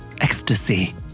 ecstasy